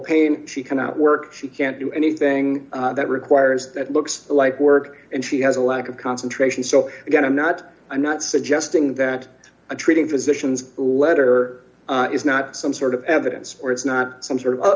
pain she cannot work she can't do anything that requires that looks like work and she has a lack of concentration so again i'm not i'm not suggesting that treating physicians letter is not some sort of evidence or it's not some sort of